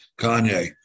Kanye